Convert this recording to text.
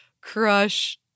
Crush